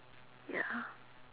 ya